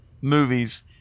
movies